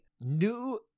new